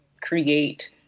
create